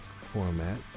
format